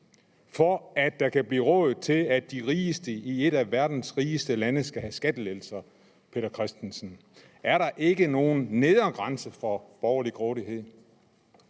for at der kan blive råd til, at de rigeste i et af verdens rigeste lande skal have skattelettelser. Er der ikke nogen nedre grænse for borgerlig grådighed?